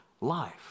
life